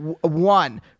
One